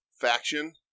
faction